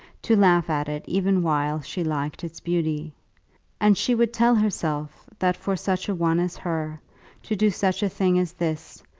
to laugh at it even while she liked its beauty and she would tell herself that for such a one as her to do such a thing as this,